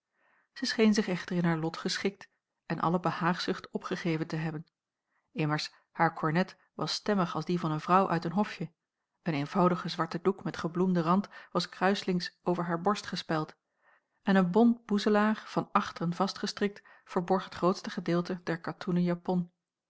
zij scheen zich echter in haar lot geschikt en alle behaagzucht opgegeven te hebben immers haar kornet was stemmig als die van een vrouw uit een hofje een eenvoudige zwarte doek met gebloemden rand was kruislings over haar borst gespeld en een bont boezelaar van achteren vastgestrikt verborg het grootste gedeelte der katoenen japon